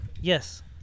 Yes